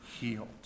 healed